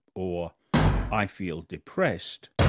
or i feel depressed,